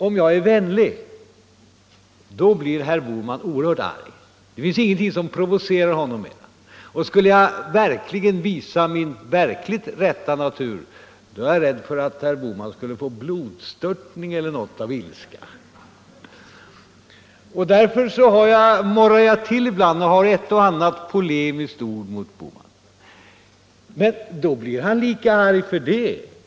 Om jag är vänlig, då blir herr Bohman oerhört arg. Det finns ingenting som provocerar honom mera. Skulle jag visa min verkligt rätta natur, är jag rädd för att herr Bohman skulle få blodstörtning av ilska. Därför morrar jag till ibland och har ett och annat polemiskt ord till herr Bohman. Men han blir lika arg för det.